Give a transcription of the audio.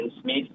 Smith